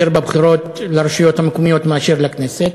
בבחירות לרשויות המקומיות מאשר לכנסת?